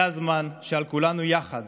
זה הזמן שעל כולנו יחד